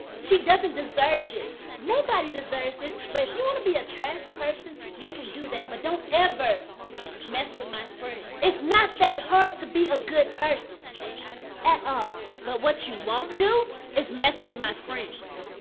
she doesn't deserve this. nobody deserves this but if you wanna be a trash person, you can do that but don't ever mess with my friend. it's not that hard to be a good person at all. but what you won't do, is mess with my friends.